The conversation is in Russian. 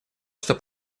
что